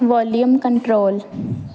volume control